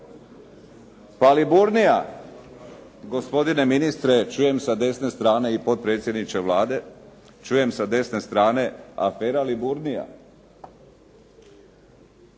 Pa Liburnia, gospodine ministre, čujem sa desne strane i potpredsjedniče Vlade. Čujem sa desne strane, afera Liburnia.